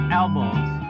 elbows